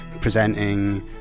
presenting